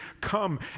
come